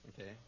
Okay